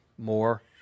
More